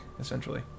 essentially